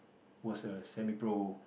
was a Semi Pro